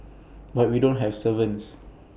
but we don't have servants